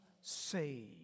saved